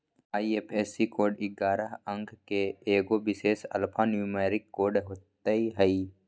IFSC code ऐगारह अंक के एगो विशेष अल्फान्यूमैरिक कोड होइत हइ